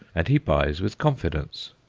and he buys with confidence.